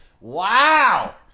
Wow